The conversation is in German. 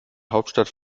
hauptstadt